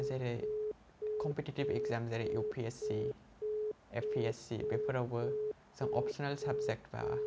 जेरै competitive exam जेरै U P S C A P S C बेफोरावबो जों अपसनेल साबजेक्ट बा